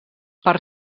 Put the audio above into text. per